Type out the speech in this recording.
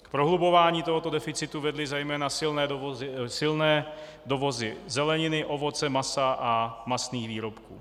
K prohlubování tohoto deficitu vedly zejména silné dovozy zeleniny, ovoce, masa a masných výrobků.